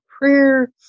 prayer